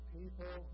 people